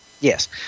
Yes